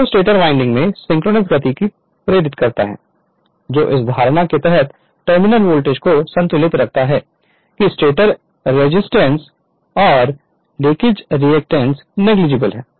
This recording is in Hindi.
जो स्टेटर वाइंडिंग में सिंक्रोनस गति को प्रेरित करता है जो इस धारणा के तहत टर्मिनल वोल्टेज को संतुलित करता है कि स्टेटर रेजिस्टेंस और लीकेज रिएक्टेंस नेगलिजिबल है